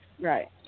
Right